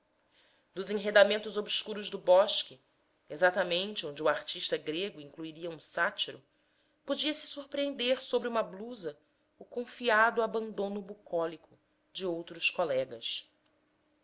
linfa nos enredamentos obscuros do bosque exatamente onde o artista grego incluiria um sátiro podia-se surpreender sob uma blusa o confiado abandono bucólico de outros colegas